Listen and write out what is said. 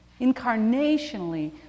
incarnationally